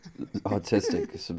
autistic